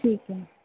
ਠੀਕ ਹੈ